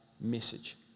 message